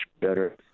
better